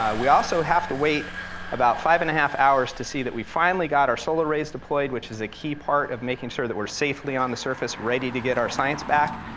ah we also have to wait about five and a half hours to see that we finally got our solar arrays deployed, which is a key part of making sure that we're safely on the surface, ready to get our science back.